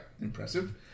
Impressive